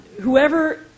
Whoever